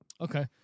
Okay